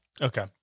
Okay